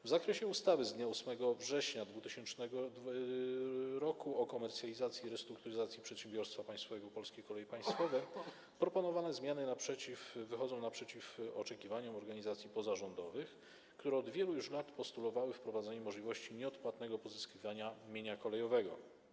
W odniesieniu do ustawy z dnia 8 września 2000 r. o komercjalizacji i restrukturyzacji przedsiębiorstwa państwowego „Polskie Koleje Państwowe” proponowane zmiany wychodzą naprzeciw oczekiwaniom organizacji pozarządowych, które już od wielu lat postulowały wprowadzenie możliwości nieodpłatnego pozyskiwania mienia kolejowego.